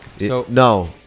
No